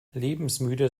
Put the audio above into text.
lebensmüde